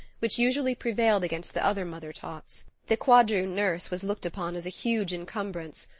which usually prevailed against the other mother-tots. the quadroon nurse was looked upon as a huge encumbrance,